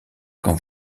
quand